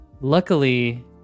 luckily